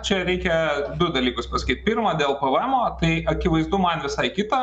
čia reikia du dalykus pasakyt pirma dėl pavaemo tai akivaizdu man visai kita kad